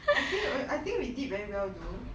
I think I think we did very well though